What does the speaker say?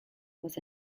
was